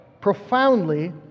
profoundly